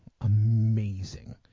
amazing